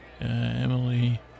Emily